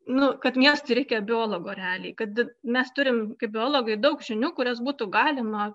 nu kad miestui reikia biologo realiai kad mes turim kaip biologai daug žinių kurias būtų galima